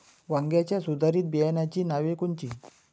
वांग्याच्या सुधारित बियाणांची नावे कोनची?